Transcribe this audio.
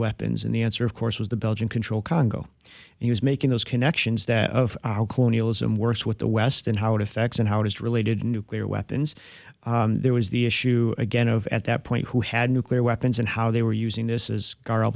weapons and the answer of course was the belgian control congo and he was making those connections that of colonialism works with the west and how it effects and how it is related nuclear weapons there was the issue again of at that point who had nuclear weapons and how they were using this as a car